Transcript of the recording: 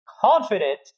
confident